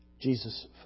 Jesus